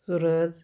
Suraj